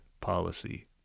policy